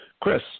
Chris